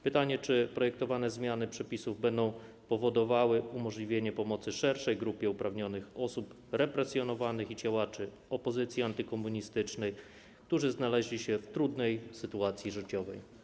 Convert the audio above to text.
Pytanie, czy projektowane zmiany przepisów będą powodowały umożliwienie pomocy szerszej grupie uprawnionych osób represjonowanych i działaczy opozycji antykomunistycznej, którzy znaleźli się w trudnej sytuacji życiowej.